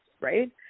right